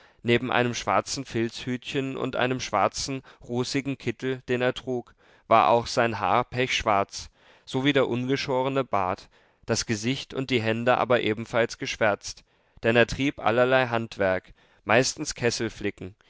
neben einem schwarzen filzhütchen und einem schwarzen rußigen kittel den er trug war auch sein haar pechschwarz so wie der ungeschorene bart das gesicht und die hände aber ebenfalls geschwärzt denn er trieb allerlei handwerk meistens